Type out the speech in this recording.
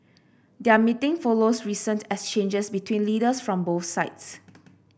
their meeting follows recent exchanges between leaders from both sides